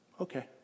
okay